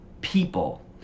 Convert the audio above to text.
People